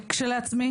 כשלעצמי,